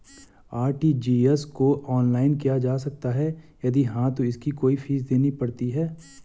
RTGS को online किया जा सकता है यदि हाँ तो इसकी कोई फीस देनी पड़ती है?